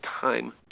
time